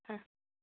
হ্যাঁ